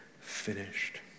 finished